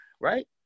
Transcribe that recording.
right